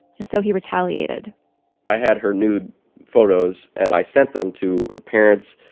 and so he retaliated i had her nude photos, and i sent them to her parents,